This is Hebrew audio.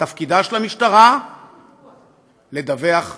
תפקידה של המשטרה לדווח לכולנו.